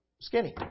skinny